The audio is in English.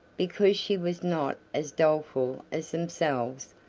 because she was not as doleful as themselves,